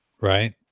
right